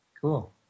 Cool